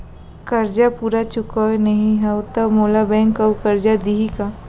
करजा पूरा चुकोय नई हव त मोला बैंक अऊ करजा दिही का?